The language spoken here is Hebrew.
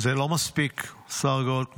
--- זה לא מספיק, השר גולדקנופ.